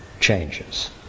changes